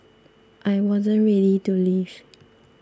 I wasn't ready to leave